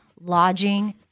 lodging